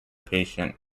patient